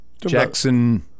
Jackson